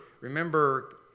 remember